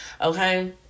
okay